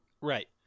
Right